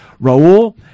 Raul